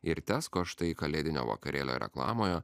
ir tesko štai kalėdinio vakarėlio reklamoje